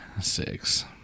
six